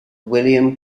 william